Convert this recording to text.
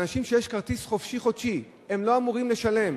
אנשים שיש להם כרטיס "חופשי חודשי" לא אמורים לשלם,